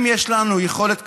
אם יש לנו יכולת כזאת,